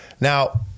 Now